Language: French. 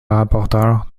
rapporteur